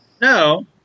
No